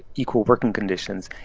equal working conditions.